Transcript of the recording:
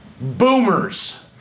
boomers